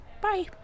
bye